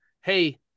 hey